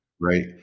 Right